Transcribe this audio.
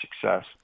success